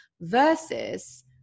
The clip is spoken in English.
versus